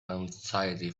anxiety